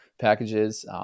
packages